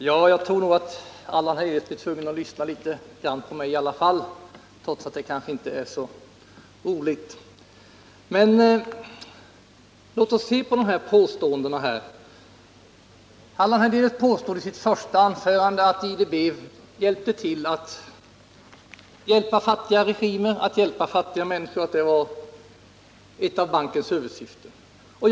Herr talman! Jag tror Allan Hernelius blir tvungen att lyssna litet mera på mig trots att det inte är så roligt. Låt oss se på dessa påståenden. Allan Hernelius påstår i sitt första anförande att IDB hjälpte fattiga regimer och fattiga människor, att det var ett av bankens huvudsyften.